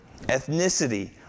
ethnicity